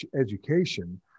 education